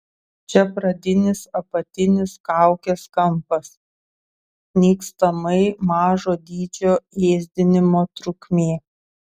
čia pradinis apatinis kaukės kampas nykstamai mažo dydžio ėsdinimo trukmė